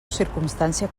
circumstància